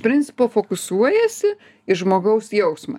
principo fokusuojiesi į žmogaus jausmą